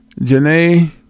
Janae